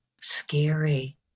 scary